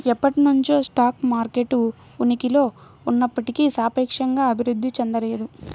ఎప్పటినుంచో stock market ఉనికిలో ఉన్నప్పటికీ సాపేక్షంగా అభివృద్ధి చెందలేదు